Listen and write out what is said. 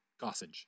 Gossage